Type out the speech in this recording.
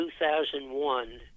2001